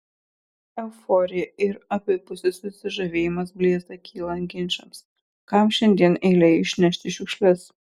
euforija ir abipusis susižavėjimas blėsta kylant ginčams kam šiandien eilė išnešti šiukšles